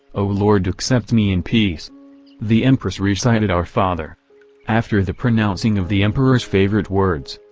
o lord accept me in peace the empress recited, our father after the pronouncing of the emperor's favorite words,